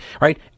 right